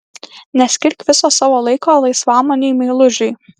neskirk viso savo laiko laisvamaniui meilužiui